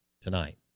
tonight